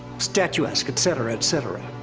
statuesque, etc. etc.